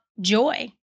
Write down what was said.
joy